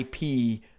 IP